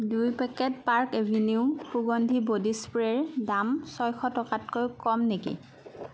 দুই packet park avenue সুগন্ধি body স্প্ৰেৰ দাম ছয়শ টকাতকৈ কম নেকি